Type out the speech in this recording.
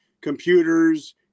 computers